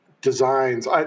designs